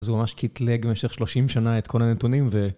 אז הוא ממש קיטלג במשך 30 שנה את כל הנתונים, ו...